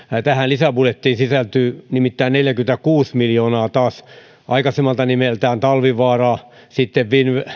tähän lisäbudjettiin sisältyy taas nimittäin neljäkymmentäkuusi miljoonaa yritykselle joka on aikaisemmalta nimeltään talvivaara sitten